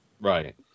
Right